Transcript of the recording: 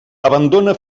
abandona